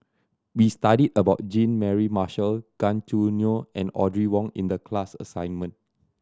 we studied about Jean Mary Marshall Gan Choo Neo and Audrey Wong in the class assignment